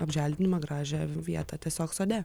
apželdinimą gražią vietą tiesiog sode